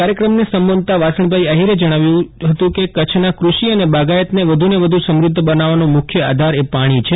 કાર્યક્રમને સંબોધતાં વાસણભાઈ આહિરે જણાવ્યું હતું કે કચ્છના કૃષિ અને બાગાયતને વધુને વધુ સમૃધ્ધ બનાવવાનો મુખ્ય આધાર પાણી છે